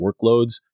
workloads